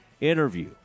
interview